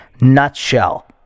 nutshell